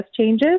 changes